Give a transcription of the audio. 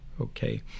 Okay